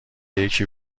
یکی